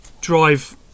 drive